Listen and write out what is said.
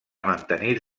mantenir